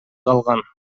калган